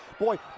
Boy